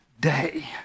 day